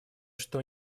что